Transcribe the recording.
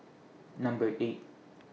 Number eight